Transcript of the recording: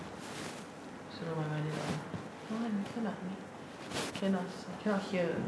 suruh my mother lah don't want this one not me can ah cannot hear